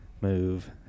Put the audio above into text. move